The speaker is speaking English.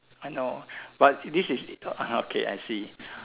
I know but this is ah okay I see